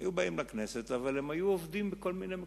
היו באים לכנסת, אבל היו עובדים בכל מיני מקומות.